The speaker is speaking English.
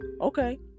Okay